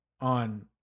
on